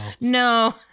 No